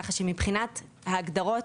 כך שמבחינת ההגדרות,